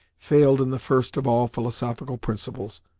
failed in the first of all philosophical principles,